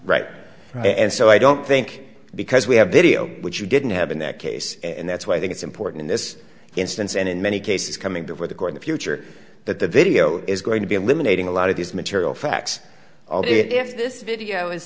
right and so i don't think because we have video which you didn't have in that case and that's why i think it's important in this instance and in many cases coming before the court the future that the video is going to be eliminating a lot of this material facts if this video is